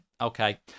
Okay